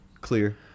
Clear